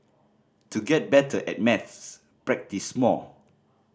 to get better at maths practise more